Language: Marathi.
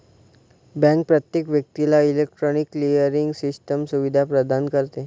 बँक प्रत्येक व्यक्तीला इलेक्ट्रॉनिक क्लिअरिंग सिस्टम सुविधा प्रदान करते